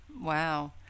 wow